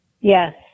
Yes